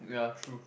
ya true